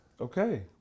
okay